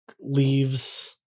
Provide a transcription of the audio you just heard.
leaves